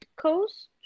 Coast